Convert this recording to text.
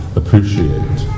appreciate